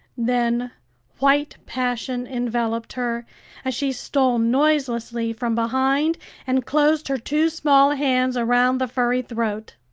then white passion enveloped her as she stole noiselessly from behind and closed her two small hands around the furry throat.